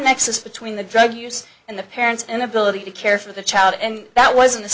nexus between the drug use and the parents inability to care for the child and that was